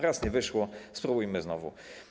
Raz nie wyszło, spróbujmy znowu.